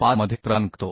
25 मध्ये प्रदान करतो